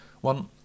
one